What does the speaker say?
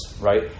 right